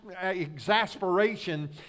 exasperation